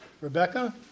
Rebecca